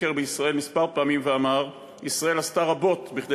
ביקר בישראל כמה פעמים ואמר: ישראל עשתה רבות כדי